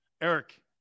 Eric